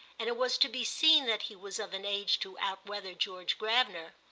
and it was to be seen that he was of an age to outweather george gravener.